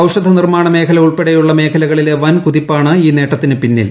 ഔഷധ നിർമ്മാണ മേഖല ഉൾപ്പെടെയുള്ള മേഖലകളിലെ വൻ കുതിപ്പാണ് ഈ നേട്ടത്തിന് പിന്നിൽ